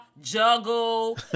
juggle